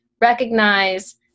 recognize